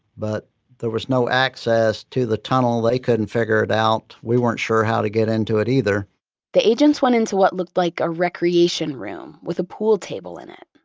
but there was no access to the tunnel. they couldn't figure it out. we weren't sure how to get into it either the agents went into what looked like a recreation room with a pool table in it,